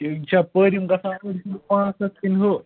یہِ چھا پٲرِم گژھان پانٛژھ ہَتھ کِنہٕ ہُہ